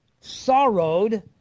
sorrowed